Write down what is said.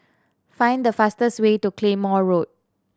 find the fastest way to Claymore Road